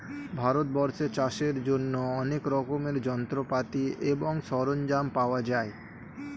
ভারতবর্ষে চাষের জন্য অনেক রকমের যন্ত্রপাতি এবং সরঞ্জাম পাওয়া যায়